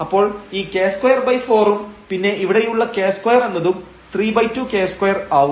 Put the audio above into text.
അപ്പോൾ ഈ k24 ഉം പിന്നെ ഇവിടെയുള്ള k2 എന്നതും 32 k2 ആവും